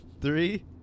Three